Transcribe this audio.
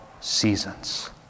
seasons